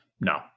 No